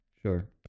Sure